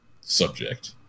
subject